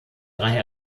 drei